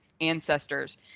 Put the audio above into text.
ancestors